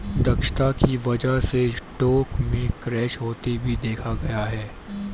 दक्षता की वजह से स्टॉक में क्रैश होते भी देखा गया है